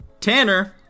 Tanner